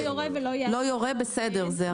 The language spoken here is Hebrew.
"לא יורה", זה בסדר.